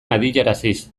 adieraziz